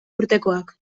urtekoak